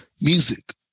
music